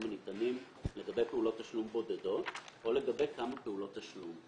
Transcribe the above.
הניתנים לגבי פעולות תשלום בודדות או לגבי כמה פעולות תשלום.